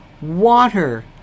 water